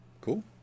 cool